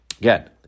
again